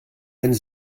einen